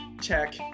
Check